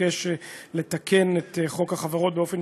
מבקשת לתקן את חוק החברות באופן